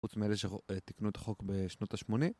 חוץ מאלה שתקנו את החוק בשנות ה-80